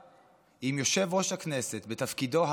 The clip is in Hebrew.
אם יושב-ראש הכנסת, בתפקידו הרם באמת,